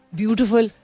beautiful